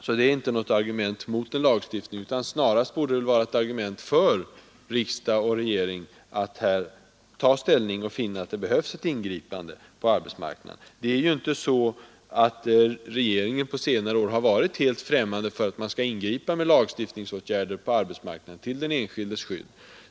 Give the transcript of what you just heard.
Så det är inte något argument mot en lagstiftning, utan snarast borde det vara ett argument för riksdag och regering att här ta ställning för ingripande på arbetsmarknaden. Regeringen har ju på senare år inte varit främmande för att ingripa med lagstiftningsåtgärder på arbetsmarknaden till den enskildes skydd.